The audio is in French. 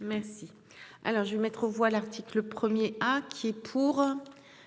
Merci. Alors je vais mettre aux voix l'article 1er. Qui est pour.